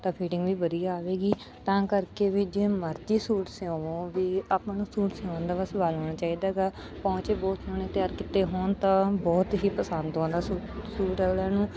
ਤਾਂ ਫੀਟਿੰਗ ਵੀ ਵਧੀਆ ਆਵੇਗੀ ਤਾਂ ਕਰਕੇ ਵੀ ਜੇ ਮਰਜ਼ੀ ਸੂਟ ਸਿਉਵੋਂ ਵੀ ਆਪਾਂ ਨੂੰ ਸੂਟ ਸਿਉਣ ਦਾ ਬਸ ਬਲ ਹੋਣਾ ਚਾਹੀਦਾ ਗਾ ਪੋਂਚੇ ਬਹੁਤ ਸੋਹਣੇ ਤਿਆਰ ਕੀਤੇ ਹੋਣ ਤਾਂ ਬਹੁਤ ਹੀ ਪਸੰਦ ਆਉਂਦਾ ਸੂ ਸੂਟ ਅਗਲਿਆਂ ਨੂੰ